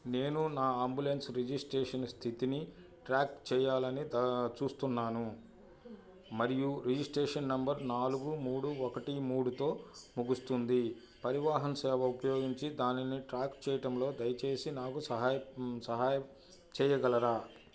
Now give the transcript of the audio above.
నేను నా ambulance registration స్థితిని ట్రాక్ చెయ్యాలని చూస్తున్నాను మరియు రిజిస్టేషన్ నంబర్ నాలుగు మూడు ఒకటి మూడుతో ముగుస్తుంది పరివాహన్ సేవ ఉపయోగించి దానిని ట్రాక్ చేయటంలో దయచేసి నాకు సహా సహాయం చేయగలరా